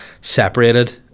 separated